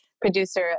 producer